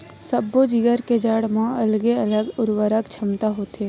सब्बो जिगर के जड़ म अलगे अलगे उरवरक छमता होथे